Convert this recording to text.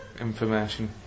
information